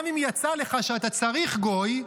גם אם יצא לך שאתה צריך גוי,